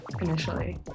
initially